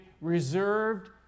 reserved